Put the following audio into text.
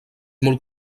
molt